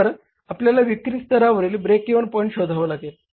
तर आपल्याला विक्री स्तरावरील ब्रेक इव्हन पॉईंट शोधावा लागेल